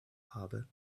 habe